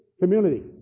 community